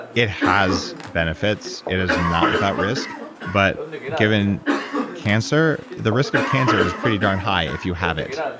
it has benefits. it is not without risk but given cancer, the risk of cancer is pretty darn high if you have it.